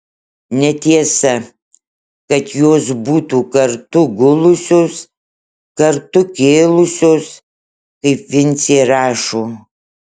netiesa kad jos būtų kartu gulusios kartu kėlusios kaip vincė rašo